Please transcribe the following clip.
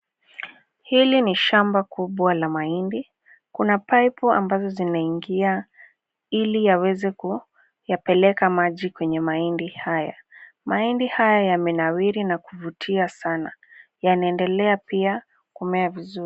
Hili ni shamba kubwa la mahindi. Kuna paipu ambazo zimeingia ili yaweze kuyapeleka maji kwenye mahindi haya. Mahindi haya yamenawiri na kuvutia sana. Yanaendelea pia kumea vizuri.